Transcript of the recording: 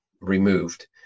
removed